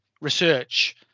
research